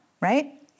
right